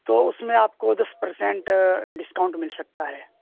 تو اس میں آپ کو دس پرسنٹ ڈسکاؤنٹ مل سکتا ہے